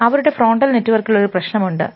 അവരുടെ ഫ്രോണ്ടൽ നെറ്റ്വർക്കിൽ ഒരു പ്രശ്നമുണ്ട്